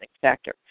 factor